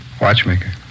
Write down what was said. Watchmaker